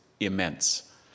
Immense